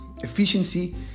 efficiency